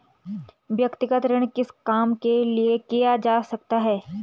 व्यक्तिगत ऋण किस काम के लिए किया जा सकता है?